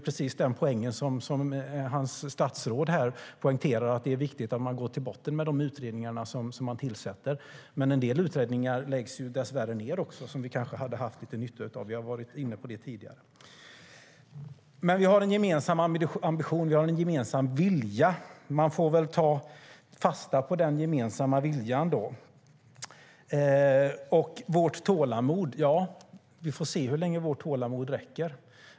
Precis som hans statsråd poängterar är det viktigt att man går till botten med de utredningar som man tillsätter. Dessvärre har en del utredningar som vi kanske kunde haft lite nytta av lagts ned. Det har vi varit inne på tidigare. Vi har dock en gemensam ambition; vi har en gemensam vilja. Man får väl ta fasta på den. När det gäller vårt tålamod får vi se hur länge det räcker.